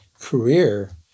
career